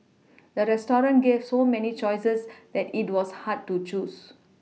the restaurant gave so many choices that it was hard to choose